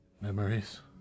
Memories